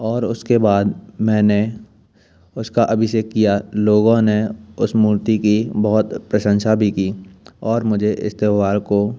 और उसके बाद मैंने उसका अभिषेक किया लोगों ने उस मूर्ति की बहुत प्रशंसा भी की और मुझे इस त्यौहार को